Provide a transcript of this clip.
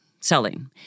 selling